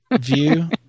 view